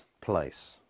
place